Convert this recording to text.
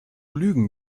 lügen